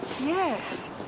yes